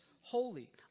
holy